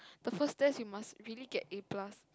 the first test you must really get A plus